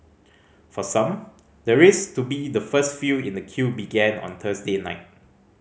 for some the race to be the first few in the queue began on Thursday night